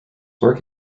work